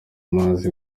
mazi